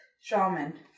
shaman